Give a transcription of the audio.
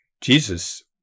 Jesus